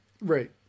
Right